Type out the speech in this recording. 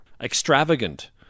extravagant